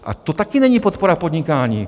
Ale to taky není podpora podnikání.